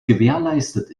gewährleistet